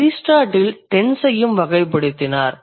Aristotle tense ஐயும் வகைப்படுத்தினார்